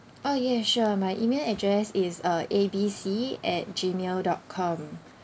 uh ya sure my email address is uh A B C at gmail dot com